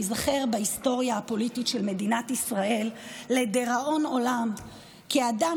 ייזכר בהיסטוריה הפוליטית של מדינת ישראל לדיראון עולם כאדם